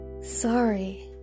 Sorry